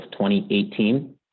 2018